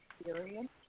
experience